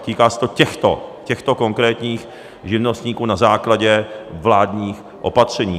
Týká se to těchto konkrétních živnostníků na základě vládních opatření.